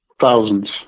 Thousands